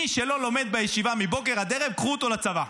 מי שלא לומד בישיבה מבוקר עד ערב, קחו אותו לצבא?